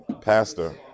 pastor